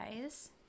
guys